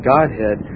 Godhead